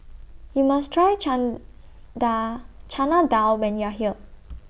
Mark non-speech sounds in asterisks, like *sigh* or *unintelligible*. YOU must Try *unintelligible* Dal Chana Dal when YOU Are here